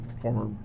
former